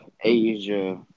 Asia